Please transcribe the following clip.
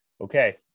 Okay